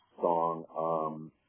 song